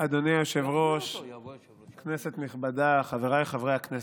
אדוני היושב-ראש, כנסת נכבדה, חבריי חברי הכנסת,